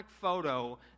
photo